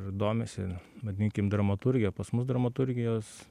ir domisi vadinkim dramaturgija pas mus dramaturgijos